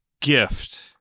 gift